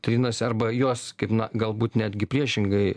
trinasi arba jos kaip na galbūt netgi priešingai